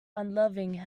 unloving